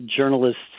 journalists